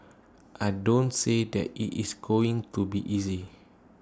I don't say that IT is going to be easy